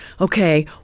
Okay